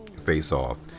face-off